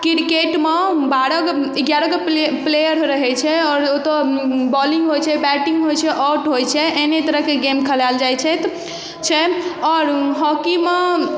क्रिकेटमे बारहगो एगारहगो प्ले प्लेयर रहै छै आओर ओतऽ बॉलिंग होइ छै बेटिङ्ग होइ छै आउट होइ छै एनी तरह कऽ गेम खलैल जाइ छै तऽ छै आओर हॉकी मऽ